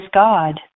God